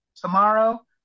Tomorrow